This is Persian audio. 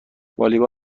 والیبال